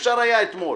אפשר היה לסיים